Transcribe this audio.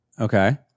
Okay